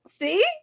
See